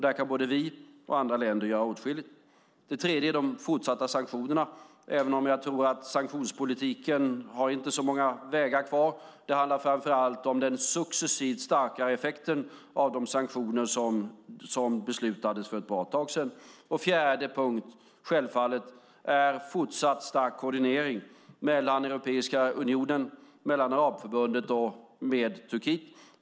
Där kan både vi och andra länder göra åtskilligt. Den tredje punkten är de fortsatta sanktionerna, även om jag inte tror att sanktionspolitiken har så många vägar kvar. Det handlar framför allt om den successivt starkare effekten av de sanktioner som beslutades om för ett bra tag sedan. Den fjärde punkten är självfallet fortsatt stark koordinering mellan Europeiska unionen, Arabförbundet och Turkiet.